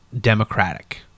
democratic